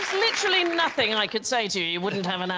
literally nothing and i could say to you you wouldn't have